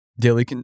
daily